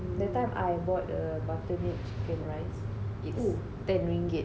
that time I bought the buttermilk chicken rice it's ten ringgit